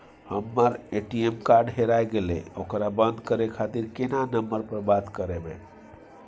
हमर ATM card हेराय गेले ओकरा बंद करे खातिर केना नंबर पर बात करबे?